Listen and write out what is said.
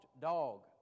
dog